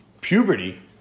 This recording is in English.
puberty